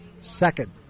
second